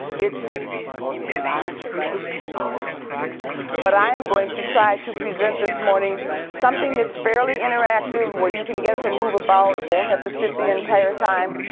it's a large group of people but i'm going to try to present this morning something that's fairly interactive where you can get up and move about. you won't have to sit the entire time.